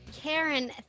Karen